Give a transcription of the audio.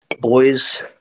boys